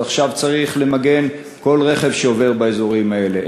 אז עכשיו צריך למגן כל רכב שעובר באזורים האלה.